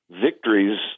victories